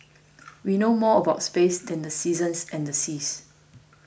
we know more about space than the seasons and the seas